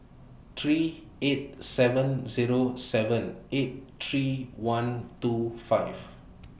three eight seven Zero seven eight three one two five